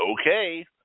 Okay